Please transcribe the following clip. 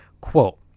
quote